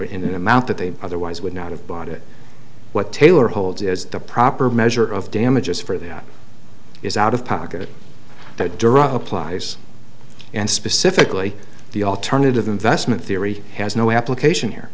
in an amount that they otherwise would not have bought it what taylor holds is the proper measure of damages for that is out of pocket that durai applies and specifically the alternative investment theory has no application here